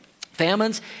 famines